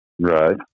Right